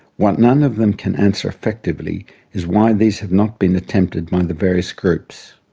what none of them can answer effectively is why these have not been attempted by the various groups.